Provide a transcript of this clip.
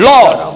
Lord